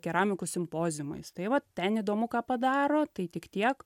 keramikos simpoziumais tai vat ten įdomu ką padaro tai tik tiek